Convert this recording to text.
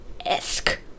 esque